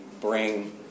bring